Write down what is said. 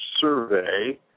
Survey